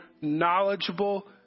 knowledgeable